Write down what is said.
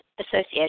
Association